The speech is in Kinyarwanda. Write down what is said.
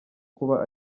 kuba